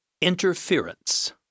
Interference